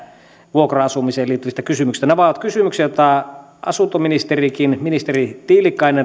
vuokra asumiseen liittyvistä kysymyksistä nämä ovat kysymyksiä joita asuntoministerikin ministeri tiilikainen